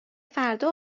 فردا